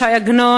ש"י עגנון,